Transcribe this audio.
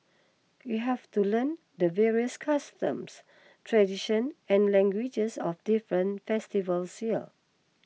you have to learn the various customs tradition and languages of different festivals here